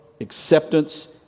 acceptance